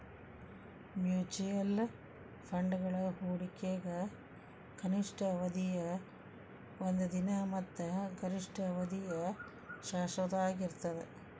mutual ಫಂಡ್ಗಳ ಹೂಡಿಕೆಗ ಕನಿಷ್ಠ ಅವಧಿಯ ಒಂದ ದಿನ ಮತ್ತ ಗರಿಷ್ಠ ಅವಧಿಯ ಶಾಶ್ವತವಾಗಿರ್ತದ